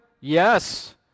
Yes